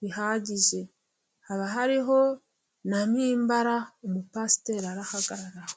bihagije. Haba hariho na mpimbara umupasiteri ari buhagarareho.